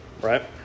right